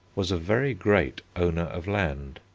was a very great owner of land.